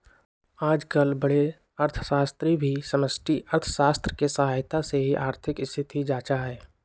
आजकल बडे अर्थशास्त्री भी समष्टि अर्थशास्त्र के सहायता से ही आर्थिक स्थिति जांचा हई